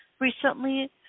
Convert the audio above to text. recently